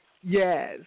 Yes